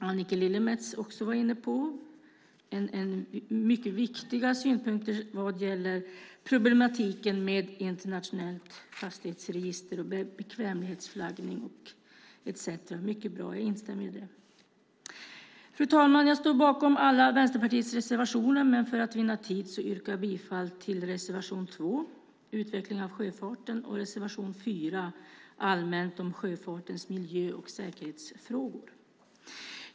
Annika Lillemets hade också mycket viktiga synpunkter vad gäller problematiken med ett internationellt fartygsregister, bekvämlighetsflaggning etcetera. Det var mycket bra, och jag instämmer i det. Fru talman! Jag står bakom alla Vänsterpartiets reservationer, men för tids vinnande yrkar jag bifall till reservation 2, Utveckling av sjöfarten, och reservation 4, Allmänt om sjöfartens miljö och säkerhetsfrågor.